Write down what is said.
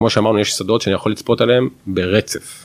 כמו שאמרנו, יש שדות שאני יכול לצפות עליהם ברצף.